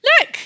look